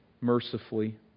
mercifully